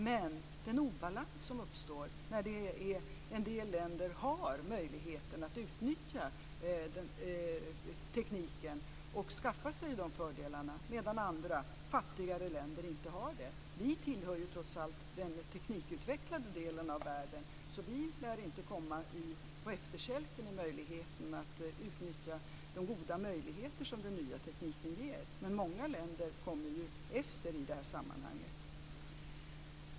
Men en obalans uppstår när en del länder har möjlighet att utnyttja tekniken och skaffa sig de fördelarna, medan andra, fattigare, länder inte har det. Vi tillhör trots allt den teknikutvecklade delen av världen, så vi lär inte komma på efterkälken i fråga om att utnyttja de goda möjligheter som den nya tekniken ger. Många länder kommer dock efter i det sammanhanget.